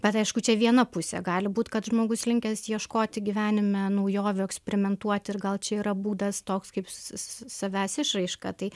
bet aišku čia viena pusė gali būti kad žmogus linkęs ieškoti gyvenime naujovių eksperimentuoti ir gal čia yra būdas toks kaip savęs išraiška taip